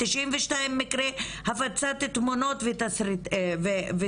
92 מקרי הפצת תמונות וסרטונים,